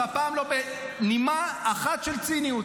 והפעם לא בנימה אחת של ציניות: